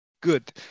Good